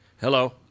Hello